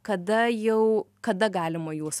kada jau kada galima juos